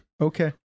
Okay